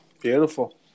Beautiful